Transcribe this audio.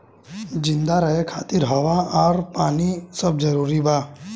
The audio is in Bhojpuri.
जिंदा रहे खातिर हवा आ पानी सब जरूरी बा